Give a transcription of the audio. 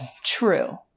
True